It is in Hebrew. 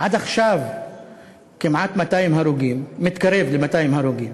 עד עכשיו כמעט 200 הרוגים, מתקרב ל-200 הרוגים,